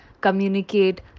communicate